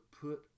put